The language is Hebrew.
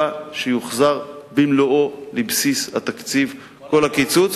שיוחזר במלואו לבסיס התקציב כל הקיצוץ.